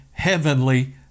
heavenly